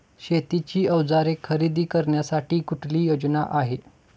शेतीची अवजारे खरेदी करण्यासाठी कुठली योजना आहे?